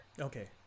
Okay